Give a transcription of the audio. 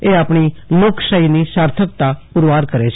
એ આપણી લોકશાહીની સાર્થકતા પુરવાર કરે છે